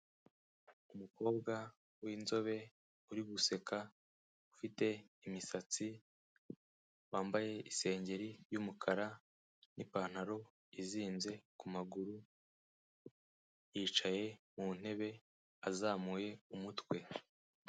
Umukobwa w'inzobe uri guseka afite imisatsi, wambaye isengeri y'umukara n'ipantaro izinze ku maguru, yicaye mu ntebe azamuye umutwe.